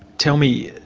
tell me,